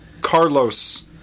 carlos